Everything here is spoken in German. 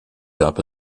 gab